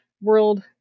world